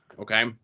Okay